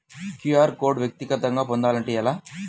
QR code వ్యక్తిగతంగా పొందాలంటే ఎలా?